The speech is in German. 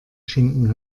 schinken